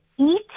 eat